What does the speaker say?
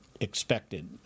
expected